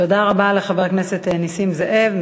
תודה רבה לחבר הכנסת נסים זאב.